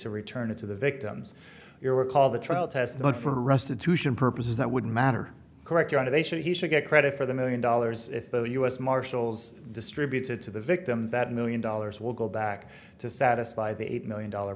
to return it to the victims here recall the trial testimony for restitution purposes that would matter correct your honor they should he should get credit for the million dollars if the u s marshals distributes it to the victims that million dollars will go back to satisfy the eight million dollar